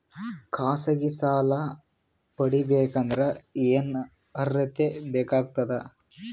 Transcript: ಖಾಸಗಿ ಸಾಲ ಪಡಿಬೇಕಂದರ ಏನ್ ಅರ್ಹತಿ ಬೇಕಾಗತದ?